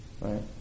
Right